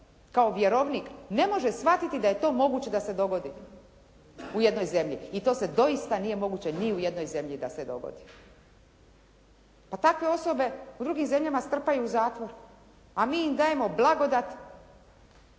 kao vjerovnik ne može shvatiti da je to moguće da se dogodi u jednoj zemlji i to se doista nije moguće ni u jednoj zemlji da se dogodi. Pa takve osobe u drugim zemljama strpaju u zatvor, a mi im dajemo blagodat,